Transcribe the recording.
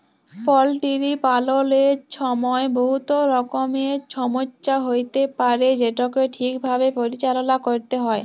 poultry পাললের ছময় বহুত রকমের ছমচ্যা হ্যইতে পারে যেটকে ঠিকভাবে পরিচাললা ক্যইরতে হ্যয়